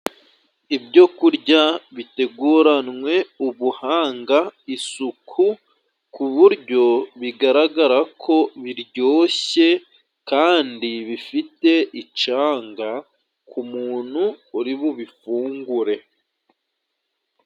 Ibyo kurya biteguranwe ubuhanga isuku, ku buryo bigaragara ko biryoshye, kandi bifite icanga ku muntu uri bubifungure.